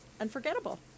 Unforgettable